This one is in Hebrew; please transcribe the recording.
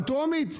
על טרומית?